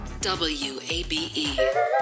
WABE